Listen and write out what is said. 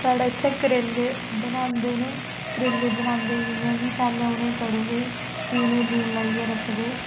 साढ़ै इत्थे करेले बनांदे न करेले बनांदे कि'यां कि पैह्लें उनेंगी कटदे फ्ही उनेंई लून लाइयै रखदे